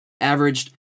averaged